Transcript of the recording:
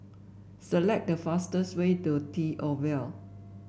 select the fastest way to T Oval